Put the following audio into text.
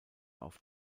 auf